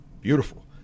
beautiful